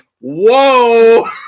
whoa